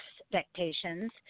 expectations